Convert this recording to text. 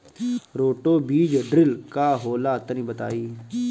Roto बीज drill का होला तनि बताई?